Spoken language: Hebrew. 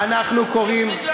שיפסיק להסית.